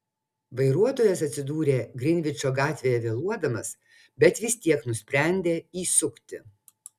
vairuotojas atsidūrė grinvičo gatvėje vėluodamas bet vis tiek nusprendė įsukti